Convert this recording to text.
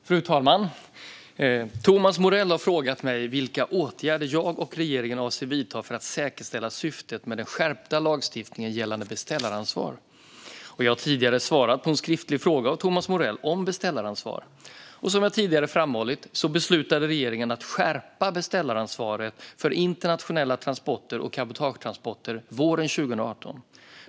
Fru talman! Thomas Morell har frågat mig vilka åtgärder jag och regeringen avser att vidta för att säkerställa syftet med den skärpta lagstiftningen gällande beställaransvar. Jag har tidigare svarat på en skriftlig fråga av Thomas Morell om beställaransvar. Som jag tidigare framhållit beslutade regeringen att skärpa beställaransvaret för internationella transporter och cabotagetransporter våren 2018.